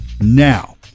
Now